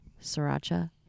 Sriracha